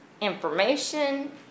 information